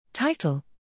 Title